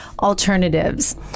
alternatives